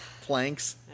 planks